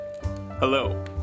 hello